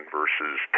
versus